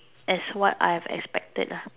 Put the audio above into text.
as what I have expected lah